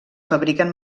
fabriquen